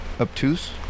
obtuse